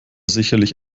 sicherlich